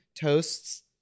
toasts